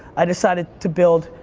i decided to build,